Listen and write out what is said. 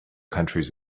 countries